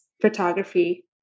photography